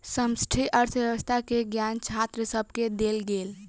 समष्टि अर्थशास्त्र के ज्ञान छात्र सभके देल गेल